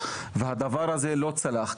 והדבר הזה לא צלח.